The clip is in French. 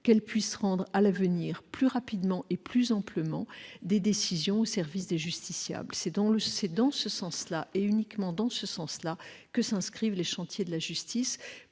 qu'elle puisse rendre à l'avenir plus rapidement et plus amplement des décisions au service des justiciables. C'est dans ce sens-là, uniquement dans ce sens-là, que s'inscrivent les chantiers de la justice,